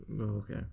Okay